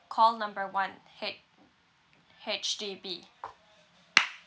call number one H~ H_D_B